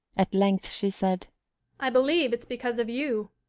at length she said i believe it's because of you.